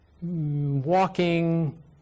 walking